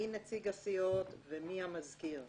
מי נציג הסיעות ומי המזכיר,